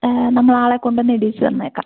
നമ്മൾ ആളെ കൊണ്ടുവന്ന് ഇടീച്ച് തന്നേക്കാം